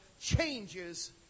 changes